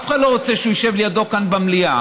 אף אחד לא רוצה שהוא ישב לידו כאן במליאה.